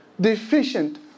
deficient